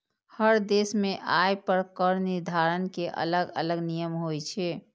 हर देश मे आय पर कर निर्धारण के अलग अलग नियम होइ छै